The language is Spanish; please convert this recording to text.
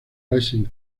racing